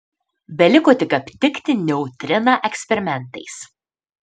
beliko tik aptikti neutriną eksperimentais